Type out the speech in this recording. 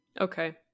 Okay